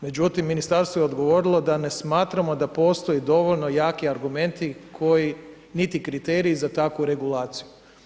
Međutim, ministarstvo je odgovorilo da ne smatramo da postoje dovoljno jaki argumenti koji niti kriteriji za takvu regulaciju.